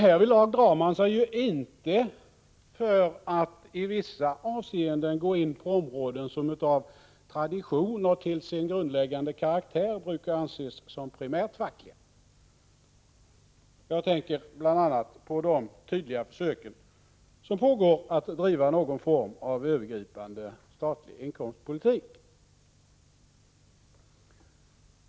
Härvidlag drar man sig inte för att i vissa avseenden gå in på områden som av tradition och till sin grundläggande karaktär brukar anses som primärt fackliga. Jag tänker bl.a. på de tydliga försök som pågår att driva någon form av övergripande statlig inkomstpolitik.